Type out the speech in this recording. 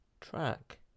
track